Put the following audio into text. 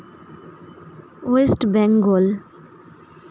West Bengal